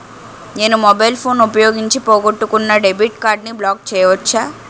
నేను mobile phone ఉపయోగించి పోగొట్టుకున్న డెబిట్ కార్డ్ని బ్లాక్ చేయవచ్చా?